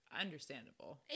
understandable